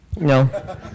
No